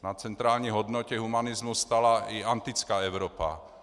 Na centrální hodnotě humanismu stála i antická Evropa.